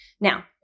now